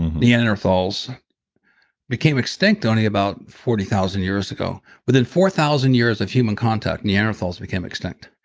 neanderthals became extinct only about forty thousand years ago. within four thousand years of human contact neanderthals became extinct.